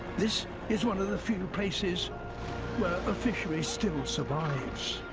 this is one of the few places where a fishery still survives.